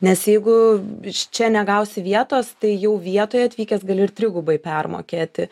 nes jeigu čia negausi vietos tai jau vietoj atvykęs gal ir trigubai permokėti